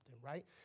right